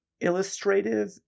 illustrative